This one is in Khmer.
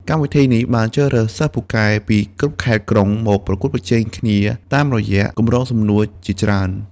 កម្មវិធីនេះបានជ្រើសរើសសិស្សពូកែពីគ្រប់ខេត្ត-ក្រុងមកប្រកួតប្រជែងគ្នាតាមរយៈកម្រងសំណួរជាច្រើន។